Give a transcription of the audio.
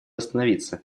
остановиться